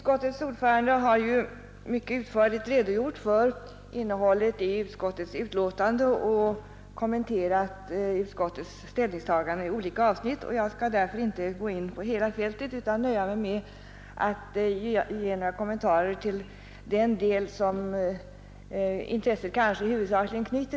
Herr talman! Jag kan nu notera ytterligare en framgång med reservationen.